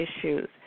issues